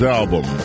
album